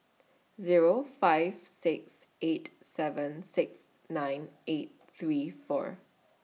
Zero five six eight seven six nine eight three four